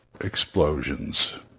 explosions